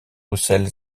russell